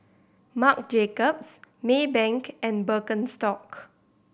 Marc Jacobs Maybank and Birkenstock